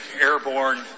airborne